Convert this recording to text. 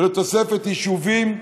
ולתוספת יישובים,